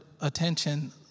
attention